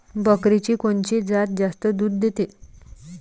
बकरीची कोनची जात जास्त दूध देते?